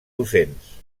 docents